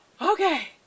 Okay